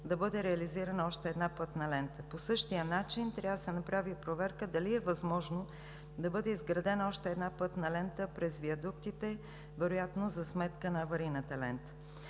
да бъде реализирана още една пътна лента. По същия начин трябва да се направи и проверка дали е възможно да бъде изградена още една пътна лента през виадуктите, вероятно за сметка на аварийната лента.